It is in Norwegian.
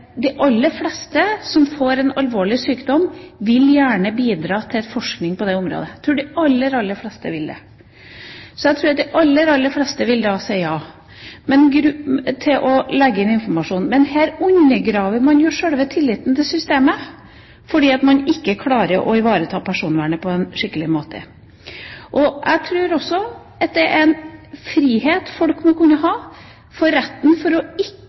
de aller fleste som får en alvorlig sykdom, gjerne vil bidra til forskning på det området. Jeg tror de aller fleste ville si ja til å legge inn informasjon. Men her undergraver man jo selve tilliten til systemet fordi man ikke klarer å ivareta personvernet på en skikkelig måte. Jeg tror også retten til ikke å bli ringt opp av en forsker som sier at han har funnet ut at du kanskje kan bli syk om åtte år, er en frihet folk må kunne ha.